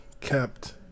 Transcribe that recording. kept